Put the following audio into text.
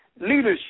leadership